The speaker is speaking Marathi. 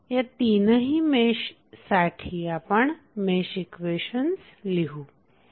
या तीनही मेशसाठी आपण मेश इक्वेशन्स लिहू